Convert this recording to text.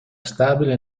stabile